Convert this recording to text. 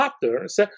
patterns